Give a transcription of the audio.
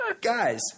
Guys